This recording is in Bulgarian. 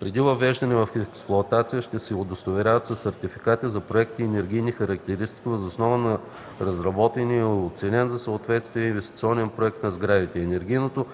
преди въвеждане в експлоатация ще се удостоверяват със сертификат за проектни енергийни характеристики въз основа на разработения и оценен за съответствие инвестиционен проект на сградата.